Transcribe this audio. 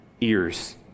ears